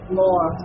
more